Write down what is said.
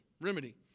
Remedy